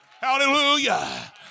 Hallelujah